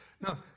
No